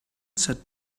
sat